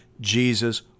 Jesus